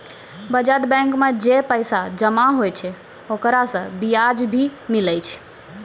बचत बैंक मे जे पैसा जमा होय छै ओकरा से बियाज भी मिलै छै